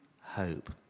hope